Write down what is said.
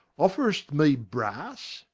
offer'st me brasse?